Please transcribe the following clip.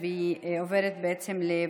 צער בעלי חיים (הגנה על בעלי חיים) (תיקון,